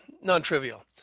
non-trivial